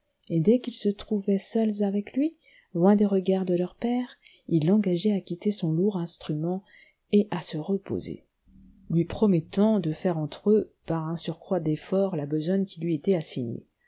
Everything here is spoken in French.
et dès qu'ils se trouvaient seuls avec lui loin des regards de leur père ils l'engageaient à quitter son lourd instrument et à se reposer lui promettant de faire entre eux par un surcroît d'efforts la besogne qui lui était assignée